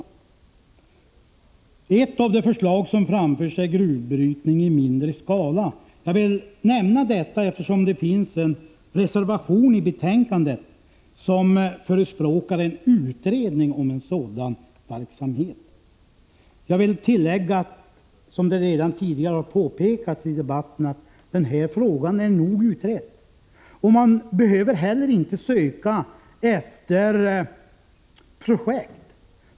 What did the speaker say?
Ett av de 23 april 1986 förslag som framförts gäller gruvbrytning i mindre skala. Jag vill nämna detta, eftersom det finns en reservation i betänkandet i vilken man förespråkar en utredning om sådan verksamhet. Jag vill tillägga, vilket redan har påpekats i debatten, att den här frågan är tillräckligt utredd. Man behöver inte heller söka efter projekt.